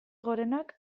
gorenak